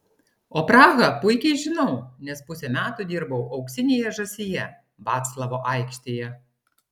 o prahą puikiai žinau nes pusę metų dirbau auksinėje žąsyje vaclavo aikštėje